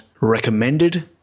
recommended